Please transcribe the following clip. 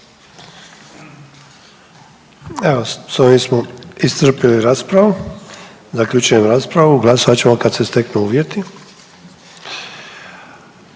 Hvala.